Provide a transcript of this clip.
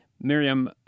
Miriam